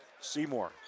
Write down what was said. Seymour